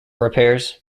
repairs